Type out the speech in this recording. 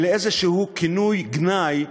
לאיזשהו כינוי גנאי,